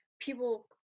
people